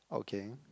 okay